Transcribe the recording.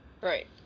Right